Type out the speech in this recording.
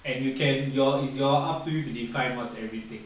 and you can your is your up to you to define what's everything